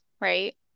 right